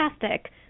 Fantastic